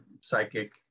psychic